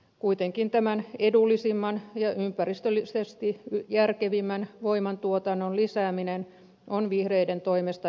kuitenkin tämän edullisimman ja ympäristöllisesti järkevimmän voiman tuotannon lisääminen on vihreiden toimesta estetty